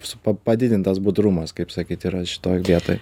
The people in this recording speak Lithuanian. su pa padidintas budrumas kaip sakyt yra šitoj vietoj